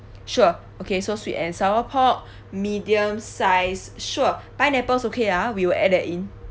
sure okay so sweet and sour pork medium size sure pineapples okay ah we will add that in